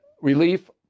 relief